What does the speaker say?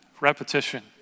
repetition